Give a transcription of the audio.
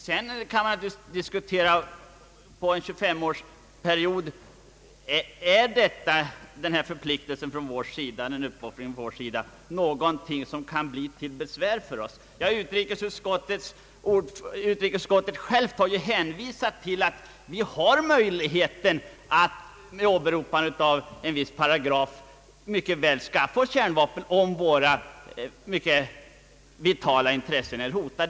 Sedan kan man naturligtvis diskutera med tanke på en 25-årsperiod om denna förpliktelse eller uppoffring från vår sida kan bli till besvär. Utrikesutskottet har hänvisat till att vi har möjlighet att med åberopande av en viss paragraf mycket väl skaffa oss kärnvapen, om våra vitala intressen är hotade.